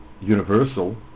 universal